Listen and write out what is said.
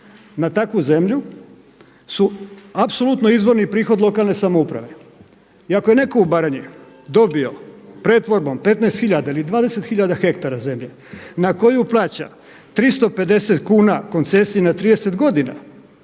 na takvu zemlju su apsolutno izvrni prihod lokalne samouprave. I ako je netko u Baranji dobio pretvorbom 15 tisuća ili 20 tisuća hektara zemlje na koju plaća 350 kuna koncesije na 30 godina